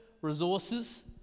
resources